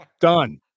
done